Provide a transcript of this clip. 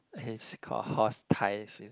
it's call horse tires you